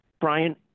Brian